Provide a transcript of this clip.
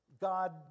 God